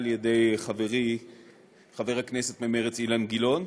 על ידי חברי חבר הכנסת ממרצ אילן גילאון.